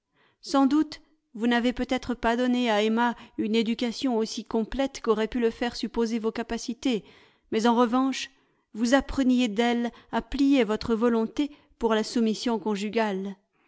sans doute vous n'avez peut-être pas donné à emma une éducation aussi complète qu'auraient pu le faire supposer vos capacités mais en revanche vous appreniez d'elle à plier votre volonté pour la soumission conjugale